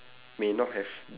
may not have